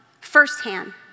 firsthand